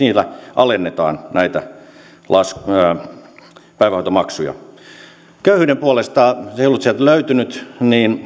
alennetaan niitä pienempiä päivähoitomaksuja köyhyyden puolesta kun se ei ollut sieltä löytynyt